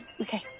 okay